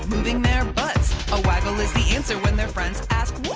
moving their butts. a waggle is the answer when their friends ask, what?